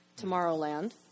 Tomorrowland